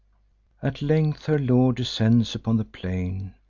at length her lord descends upon the plain,